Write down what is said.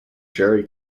jerry